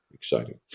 exciting